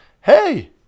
Hey